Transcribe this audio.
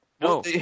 No